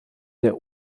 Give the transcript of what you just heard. der